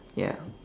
ya